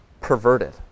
perverted